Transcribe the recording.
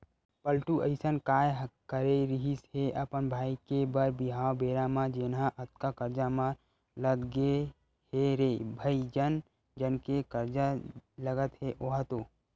पलटू अइसन काय करे रिहिस हे अपन भाई के बर बिहाव बेरा म जेनहा अतका करजा म लद गे हे रे भई जन जन के करजा लगत हे ओहा तो